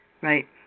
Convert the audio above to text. right